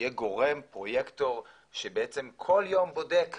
שיהיה גורם, פרויקטור, שבעצם כול יום בודק ושואל,